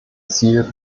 ziel